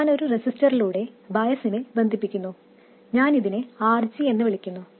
ഞാൻ ഒരു റെസിസ്റ്ററിലൂടെ ബയസിനെ ബന്ധിപ്പിക്കുന്നു ഞാൻ ഇതിനെ RG എന്ന് വിളിക്കുന്നു